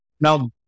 Now